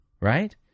right